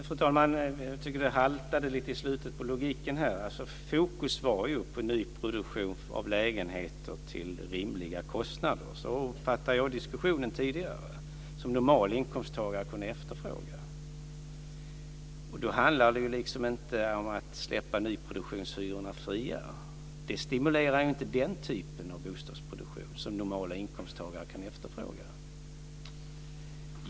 Fru talman! Jag tycker att det haltade lite i slutet av logiken. Fokus var ju på nyproduktion av lägenheter till rimliga kostnader som normala inkomsttagare kan efterfråga. Så uppfattade jag diskussionen tidigare. Då handlar det inte om att släppa nyproduktionshyrorna fria. Det stimulerar inte den typen av bostadsproduktion som normala inkomsttagare kan efterfråga.